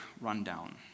rundown